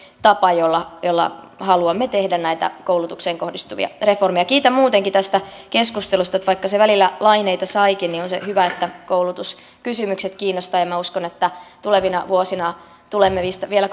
tapa jolla jolla haluamme tehdä näitä koulutukseen kohdistuvia reformeja kiitän muutenkin tästä keskustelusta vaikka se välillä laineita saikin niin on hyvä että koulutuskysymykset kiinnostavat uskon että tulevina vuosina tulemme niissä vielä